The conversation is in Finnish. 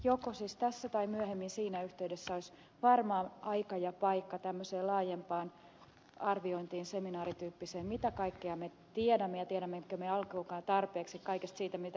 joko siis tässä tai myöhemmin siinä yhteydessä olisi varmaan aika ja paikka tämmöiseen laajempaan arviointiin seminaarityyppiseen mitä kaikkea me tiedämme ja tiedämmekö me alkuunkaan tarpeeksi kaikesta siitä mitä ed